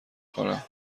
کنم